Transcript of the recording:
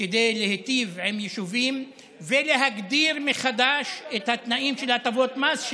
כדי להיטיב עם יישובים ולהגדיר מחדש את התנאים של הטבות מס,